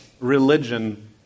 religion